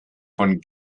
von